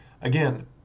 again